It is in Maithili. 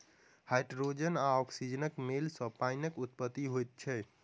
हाइड्रोजन आ औक्सीजनक मेल सॅ पाइनक उत्पत्ति होइत छै